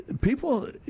people